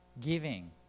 giving